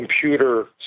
computer